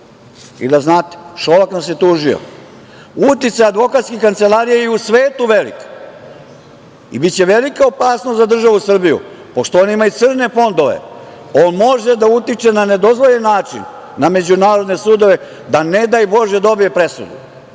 znate, Šolak nas je tužio. Uticaj advokatskih kancelarija je u svetu veliki. Biće velika opasnost za državu Srbiju, pošto on ima i crne fondove, on može da utiče na nedozvoljen način na međunarodne sudove da ne daj bože dobije presudu.